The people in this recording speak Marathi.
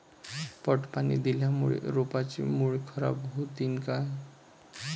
पट पाणी दिल्यामूळे रोपाची मुळ खराब होतीन काय?